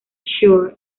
shore